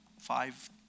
five